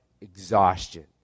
exhaustion